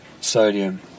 sodium